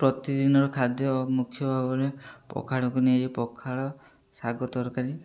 ପ୍ରତିଦିନର ଖାଦ୍ୟ ମୁଖ୍ୟ ପଖାଳକୁ ନେଇ ପଖାଳ ଶାଗ ତରକାରୀ